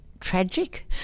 tragic